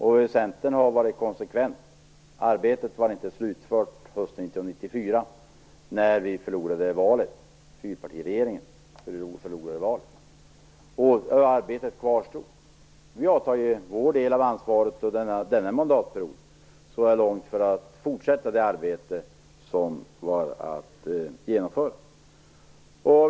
Centern har varit konsekvent. Arbetet var inte slutfört hösten 1994 när fyrpartiregeringen förlorade valet. Arbetet kvarstod. Vi har tagit vår del av ansvaret så här långt under denna mandatperiod för att fortsätta det arbete som vi har att genomföra.